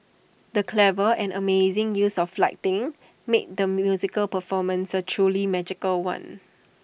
the clever and amazing use of flighting made the musical performance A truly magical one